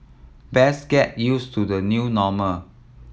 best get used to the new normal